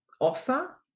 offer